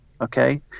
okay